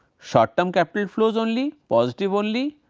short term capital flows only, positive only,